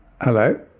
hello